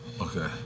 Okay